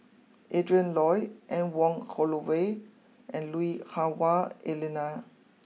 Adrin Loi Anne Wong Holloway and Lui Hah Wah Elena